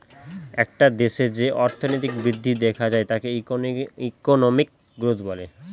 একটা দেশে যে অর্থনৈতিক বৃদ্ধি দেখা যায় তাকে ইকোনমিক গ্রোথ বলে